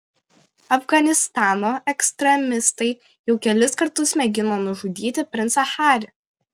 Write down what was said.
afganistano ekstremistai jau kelis kartus mėgino nužudyti princą harį